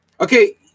okay